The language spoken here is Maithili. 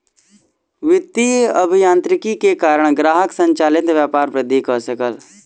वित्तीय अभियांत्रिकी के कारण ग्राहक संचालित व्यापार वृद्धि कय सकल